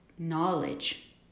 Knowledge